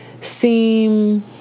seem